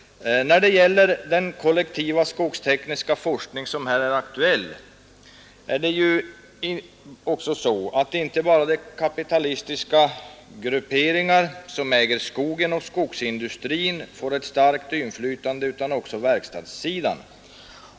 När det gäller den kollektiva skogstekniska forskning som här är aktuell är det inte bara de kapitalistiska grupperingar som äger skogen och skogsindustrin som får ett starkt inflytande, utan det får också verkstadssidan.